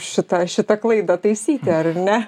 šitą šitą klaidą taisyti ar ne